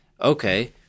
okay